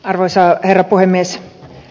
arvoisa herra puhemies